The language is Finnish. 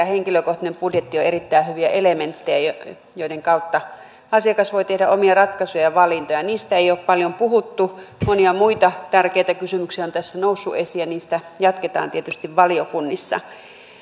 henkilökohtainen budjetti ovat erittäin hyviä elementtejä joiden kautta asiakas voi tehdä omia ratkaisuja ja valintoja niistä ei ole paljon puhuttu monia muita tärkeitä kysymyksiä on tässä noussut esiin ja niistä jatketaan tietysti valiokunnissa